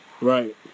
right